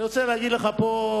אני רוצה להגיד לך פה,